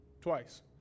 twice